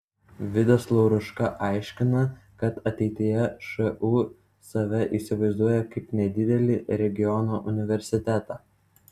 vidas lauruška aiškina kad ateityje šu save įsivaizduoja kaip nedidelį regiono universitetą